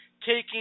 taking